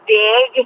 big